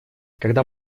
когда